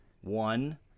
one